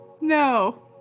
No